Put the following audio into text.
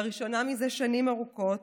לראשונה זה שנים ארוכות,